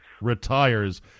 retires